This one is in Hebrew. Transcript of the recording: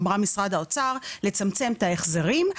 הנציגה ממשרד האוצר לצמצם את ההחזרים.